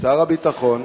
שר הביטחון